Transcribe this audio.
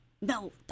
No